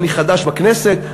אני חדש בכנסת,